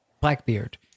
Blackbeard